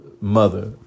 mother